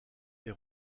est